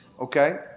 Okay